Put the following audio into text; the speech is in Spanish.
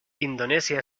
indonesia